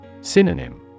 Synonym